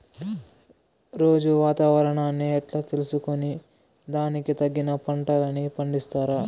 రోజూ వాతావరణాన్ని ఎట్లా తెలుసుకొని దానికి తగిన పంటలని పండిస్తారు?